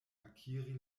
akiri